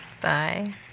Bye